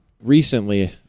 recently